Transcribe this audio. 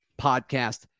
Podcast